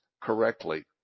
correctly